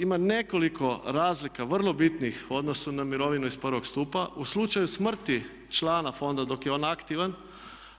Ima nekoliko razlika vrlo bitnih u odnosu na mirovinu iz I. stupa, u slučaju smrti člana fonda dok je on aktivan